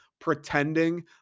Pretending